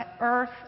earth